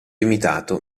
limitato